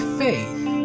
faith